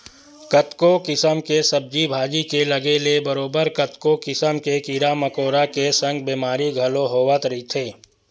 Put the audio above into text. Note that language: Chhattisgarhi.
कतको किसम के सब्जी भाजी के लगे ले बरोबर कतको किसम के कीरा मकोरा के संग बेमारी घलो होवत रहिथे